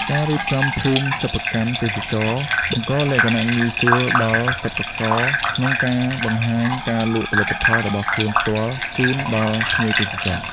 ការរៀបចំភូមិសិប្បកម្មទេសចរណ៍ បង្កលក្ខណៈងាយស្រួលដល់សិប្បករក្នុងការបង្ហាញ និងលក់ផលិតផលរបស់ខ្លួនផ្ទាល់ជូនដល់ភ្ញៀវទេសចរ។